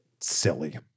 silly